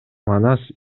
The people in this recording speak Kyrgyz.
манас